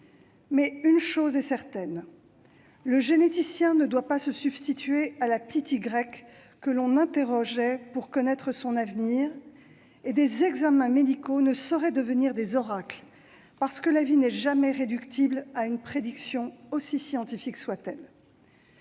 Mais une chose est certaine : le généticien ne doit pas se substituer à la Pythie grecque que l'on interrogeait pour connaître son avenir ; des examens médicaux ne sauraient devenir des oracles parce que la vie n'est jamais réductible à une prédiction, aussi scientifique soit-elle.